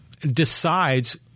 decides